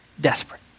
desperate